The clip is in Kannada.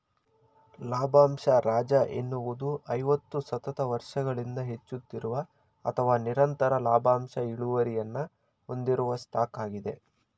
ಲಾಭಂಶ ರಾಜ ಎನ್ನುವುದು ಐವತ್ತು ಸತತ ವರ್ಷಗಳಿಂದ ಹೆಚ್ಚುತ್ತಿರುವ ಅಥವಾ ನಿರಂತರ ಲಾಭಾಂಶ ಇಳುವರಿಯನ್ನ ಹೊಂದಿರುವ ಸ್ಟಾಕ್ ಆಗಿದೆ